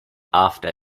after